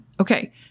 Okay